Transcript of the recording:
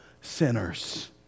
sinners